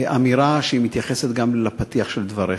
אמירה שמתייחסת גם לפתיח של דבריך: